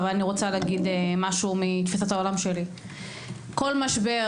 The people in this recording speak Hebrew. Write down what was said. אבל אני רוצה להגיד משהו מתפיסת העולם שלי: כל משבר